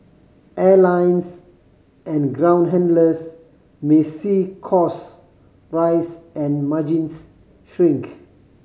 airlines and ground handlers may see cost rise and margins shrink